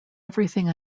everything